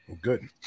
good